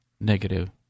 negative